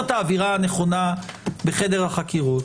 את האווירה הנכונה בחדר החקירות,